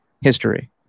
history